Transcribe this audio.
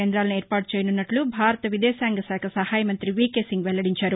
కేంద్రాలను ఏర్పాటు చేయనున్నట్లు భారత విదేశాంగ శాఖ సహాయ మంతి వీకే సింగ్ వెల్లడించారు